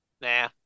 Nah